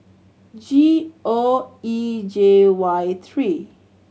G O E J Y three